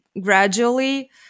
gradually